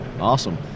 Awesome